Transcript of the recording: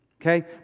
okay